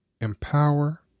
empower